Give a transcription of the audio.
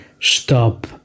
stop